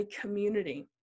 community